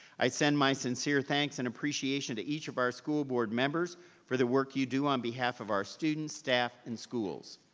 i send my sincere thanks and appreciation to each of our school board members for the work you do on behalf of our students, staff, and schools.